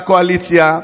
בקואליציה,